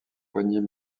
poignées